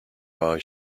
boy